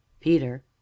Peter